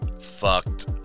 fucked